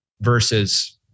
versus